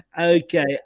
Okay